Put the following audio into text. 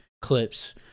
clips